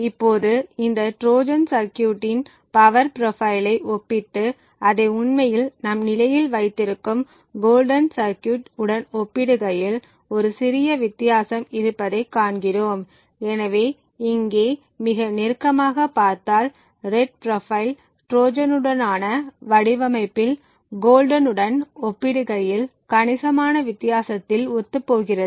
இப்போது இந்த ட்ரோஜன் சர்க்யூட்டின் பவர் ப்ரோபைலை ஒப்பிட்டு அதை உண்மையில் நம் நிலையில் வைத்திருக்கும் கோல்டன் சர்கியூட் உடன் ஒப்பிடுகையில் ஒரு சிறிய வித்தியாசம் இருப்பதைக் காண்கிறோம் எனவே இங்கே மிக நெருக்கமாகப் பார்த்தால் ரெட் ப்ரொபைல் ட்ரோஜனுடனான வடிவமைப்பில் கோல்டன் உடன் ஒப்பிடுகையில் கணிசமான வித்தியாசத்தில் ஒத்துப்போகிறது